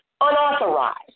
unauthorized